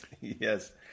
yes